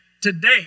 today